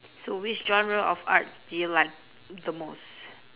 so which genre of arts do you like the most